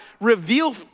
reveal